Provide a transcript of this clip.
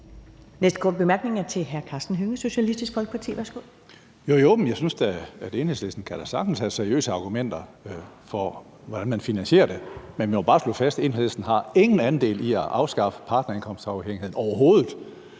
næste korte bemærkning er til hr. Karsten Hønge, Socialistisk Folkeparti. Værsgo. Kl. 13:46 Karsten Hønge (SF): Jo, jo, jeg synes da, at Enhedslisten sagtens kan have seriøse argumenter for, hvordan man finansierer det, men vi må bare slå fast, at Enhedslisten ingen andel har i at afskaffe partnerindkomstafhængigheden – overhovedet.